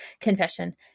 confession